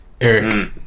Eric